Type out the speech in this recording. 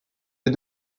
les